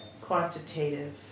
quantitative